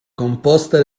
composta